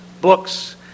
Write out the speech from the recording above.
books